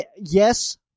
yes